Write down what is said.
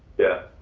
yeah.